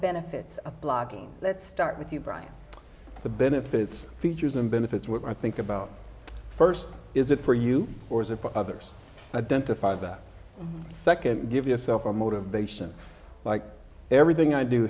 benefits of blogging let's start with you brian the benefits features and benefits work i think about first is it for you or is it for others identify that second give yourself a motivation like everything i do